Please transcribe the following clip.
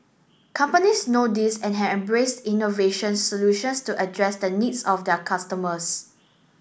companies know this and have embraced innovation solutions to address the needs of their customers